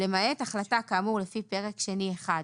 למעט החלטה כאמור לפי פרק שני1,